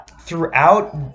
throughout